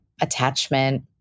attachment